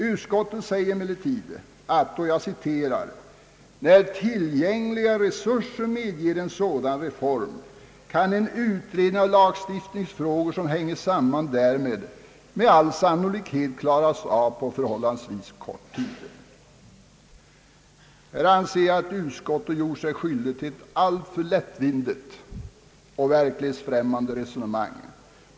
Utskottet säger emellertid: »När tillgängliga resurser medger en sådan reform, kan en utredning av de lagstiftningsfrågor som hänger samman därmed med all sannolikhet klaras av på förhållandevis kort tid.» Här anser jag att utskottet har gjort sig skyldigt till ett alltför lättvindigt och verklighetsfrämmande resonemang.